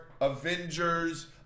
Avengers